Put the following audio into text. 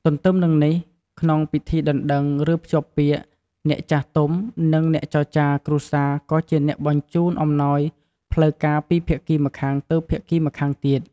ទទ្ទឹមនឹងនេះ ក្នុងពិធីដណ្ដឹង ឬភ្ជាប់ពាក្យ អ្នកចាស់ទុំ និងអ្នកចរចារគ្រួសារក៏ជាអ្នកបញ្ជូនអំណោយ ផ្លូវការពីភាគីម្ខាងទៅភាគីម្ខាងទៀត។